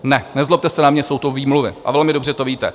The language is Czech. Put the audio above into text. Ne, nezlobte se na mě, jsou to výmluvy a velmi dobře to víte.